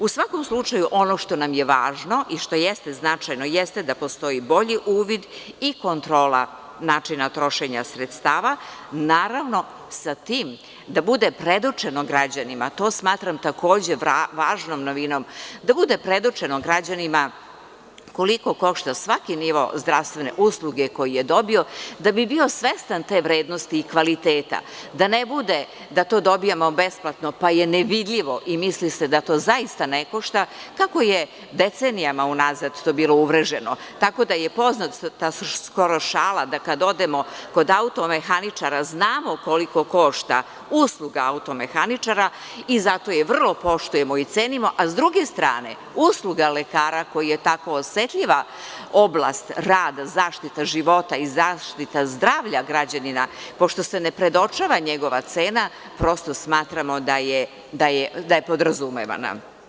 U svakom slučaju, ono što nam je važno i što jeste značajno, jeste da postoji bolji uvid i kontrola načina trošenja sredstava, naravno sa tim da bude predočeno građanima, to smatram takođe važnom novinom, da bude predočeno građanima koliko košta svaki nivo zdravstvene usluge koji je dobio, da bi bio svestan te vrednosti i kvaliteta, da ne bude da to dobijamo besplatno pa je nevidljivo i misli se da to zaista ne košta, kako je decenijama u nazad to bilo uvreženo, tako da je poznata skoro šala da kada odemo kod auto mehaničara, znamo koliko košta usluga auto mehaničara i zato je vrlo poštujemo i cenimo, a sa druge strane, usluga lekara koja ja tako osetljiva oblast rada, zaštita života i zaštita zdravlja građanina, pošto se ne predočava njegova cena, prosto smatramo da je podrazumevana.